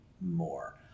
more